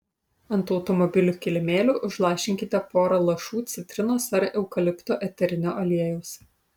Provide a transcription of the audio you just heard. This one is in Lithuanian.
ant automobilių kilimėlių užlašinkite porą lašų citrinos ar eukalipto eterinio aliejaus